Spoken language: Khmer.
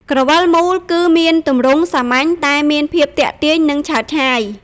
ក្រវិលមូល គឺវាមានទម្រង់សាមញ្ញតែមានភាពទាក់ទាញ និងឆើតឆាយ។